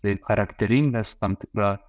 tai ir charakteringas tam tikrą